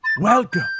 Welcome